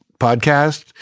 podcast